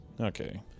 Okay